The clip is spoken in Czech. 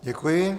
Děkuji.